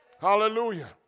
Hallelujah